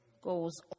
goes